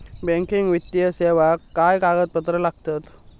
Banking वित्तीय सेवाक काय कागदपत्र लागतत?